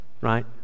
right